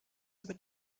über